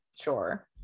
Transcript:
Sure